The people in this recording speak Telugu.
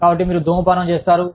కాబట్టి మీరు ధూమపానం చేస్తారు